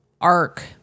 arc